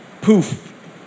poof